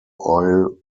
oil